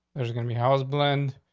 there's gonna be house blend,